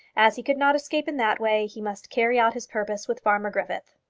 as he could not escape in that way, he must carry out his purpose with farmer griffith.